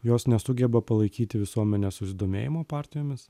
jos nesugeba palaikyti visuomenės susidomėjimo partijomis